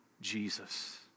Jesus